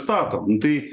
statom nu tai